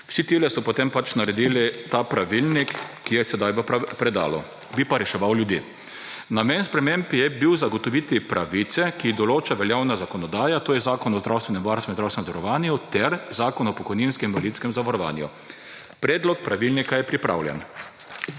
Vsi tile so potem pač naredili ta pravilnik, ki je sedaj v predalu, bi pa reševal ljudi. »Namen sprememb je bil zagotoviti pravice, ki jih določa veljavna zakonodaja, to je Zakon o zdravstvenem varstvu in zdravstvenem zavarovanju ter Zakon o pokojninskem in invalidskem zavarovanju. Predlog pravilnika je pripravljen.«